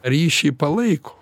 ryšį palaiko